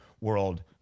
World